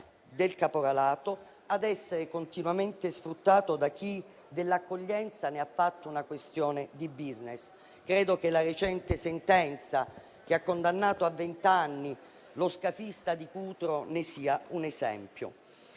del caporalato, ad essere continuamente sfruttato da chi dell'accoglienza ha fatto una questione di *business.* Credo che la recente sentenza che ha condannato a vent'anni lo scafista di Cutro ne sia un esempio.